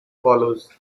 follows